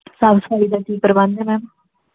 ਸਾਫ ਸਫ਼ਾਈ ਦਾ ਕੀ ਪ੍ਰਬੰਧ ਹੈ ਮੈਮ